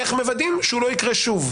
איך מוודאים שהוא לא יא יקרה שוב?